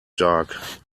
dark